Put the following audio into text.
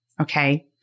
Okay